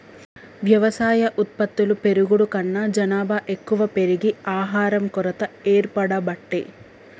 వ్యవసాయ ఉత్పత్తులు పెరుగుడు కన్నా జనాభా ఎక్కువ పెరిగి ఆహారం కొరత ఏర్పడబట్టే